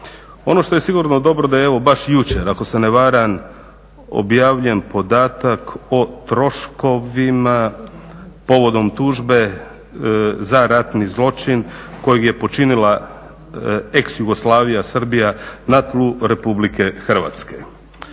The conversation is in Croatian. Ono što je sigurno dobro da je evo baš jučer ako se ne varam objavljen podatak o troškovima povodom tužbe za ratni zločin kojeg je počinila ex Jugoslavija, Srbija na tlu Republike Hrvatske.